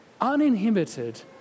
uninhibited